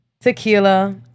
tequila